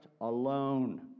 alone